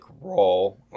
role